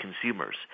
consumers